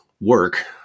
work